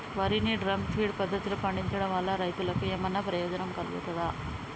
వరి ని drum feed పద్ధతిలో పండించడం వల్ల రైతులకు ఏమన్నా ప్రయోజనం కలుగుతదా?